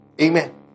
Amen